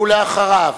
ואחריו,